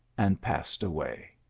and passed away.